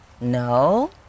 No